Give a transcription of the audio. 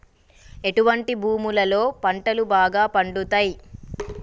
ఎటువంటి భూములలో పంటలు బాగా పండుతయ్?